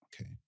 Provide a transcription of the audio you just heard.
okay